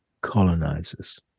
colonizers